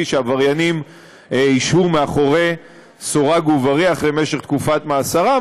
שעבריינים ישבו מאחורי סורג ובריח למשך תקופת מאסרם,